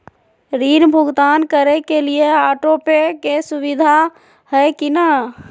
ऋण भुगतान करे के लिए ऑटोपे के सुविधा है की न?